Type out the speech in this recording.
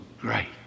great